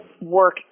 work